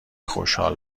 خشحال